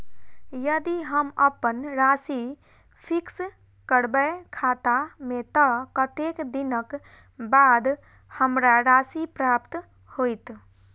यदि हम अप्पन राशि फिक्स करबै खाता मे तऽ कत्तेक दिनक बाद हमरा राशि प्राप्त होइत?